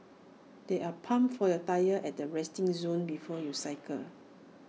there are pumps for your tyres at the resting zone before you cycle